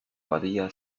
abadía